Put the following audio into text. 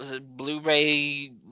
Blu-ray